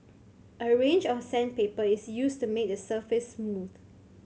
a range of sandpaper is used to make the surface smooth